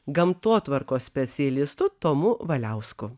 gamtotvarkos specialistu tomu valiausku